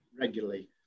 regularly